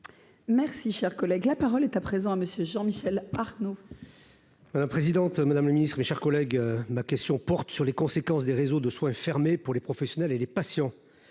Merci, cher collègue, la parole est à présent à monsieur Jean Michel Arnaud. La présidente, Madame le Ministre, mes chers collègues, ma question porte sur les conséquences des réseaux de soins fermé pour les professionnels et les patients,